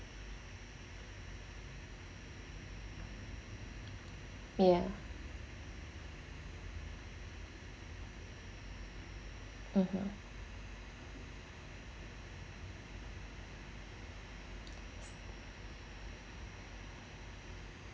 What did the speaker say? ya (uh huh)